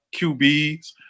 QBs